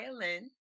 violin